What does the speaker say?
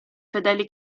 fedeli